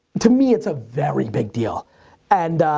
to me it's a very big deal and,